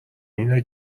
اینه